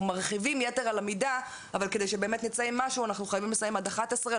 מרחיבים יתר על המידה אבל כדי שנצא עם משהו אנחנו חייבים לסיים עד 11,